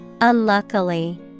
Unluckily